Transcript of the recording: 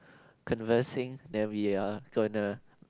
conversing that we are gonna